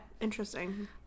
interesting